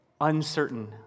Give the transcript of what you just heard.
uncertain